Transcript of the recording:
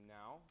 now